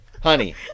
Honey